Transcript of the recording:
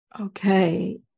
Okay